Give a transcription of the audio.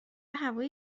هوای